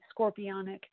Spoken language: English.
scorpionic